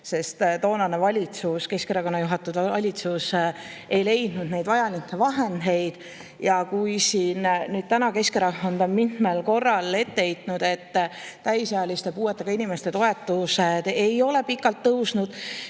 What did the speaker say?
sest toonane valitsus, Keskerakonna juhatatud valitsus ei leidnud neid vajalikke vahendeid. Ja kui siin Keskerakond on täna mitmel korral ette heitnud, et täisealiste puudega inimeste toetused ei ole pikalt tõusnud,